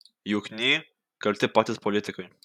jukny kalti patys politikai